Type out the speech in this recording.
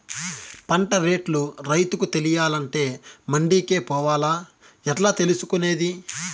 పంట రేట్లు రైతుకు తెలియాలంటే మండి కే పోవాలా? ఎట్లా తెలుసుకొనేది?